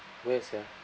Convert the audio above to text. where sia